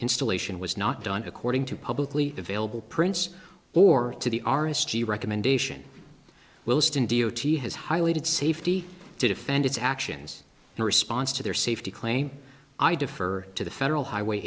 installation was not done according to publicly available prints or to the aristide recommendation wilson d o t has highlighted safety to defend its actions in response to their safety claim i defer to the federal highway